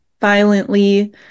violently